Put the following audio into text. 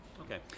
Okay